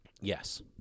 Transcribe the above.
Yes